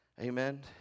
Amen